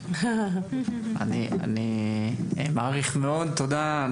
אני מעריך מאוד את הברכות.